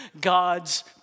God's